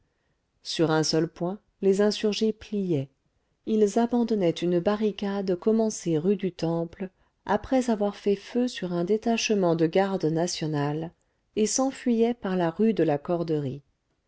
sur un seul point les insurgés pliaient ils abandonnaient une barricade commencée rue du temple après avoir fait feu sur un détachement de garde nationale et s'enfuyaient par la rue de la corderie